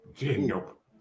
Nope